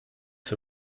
für